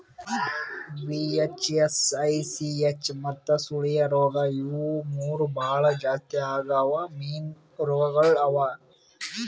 VHS, ICH ಮತ್ತ ಸುಳಿಯ ರೋಗ ಇವು ಮೂರು ಭಾಳ ಜಾಸ್ತಿ ಆಗವ್ ಮೀನು ರೋಗಗೊಳ್ ಅವಾ